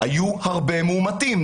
היו הרבה מאומתים,